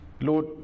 Lord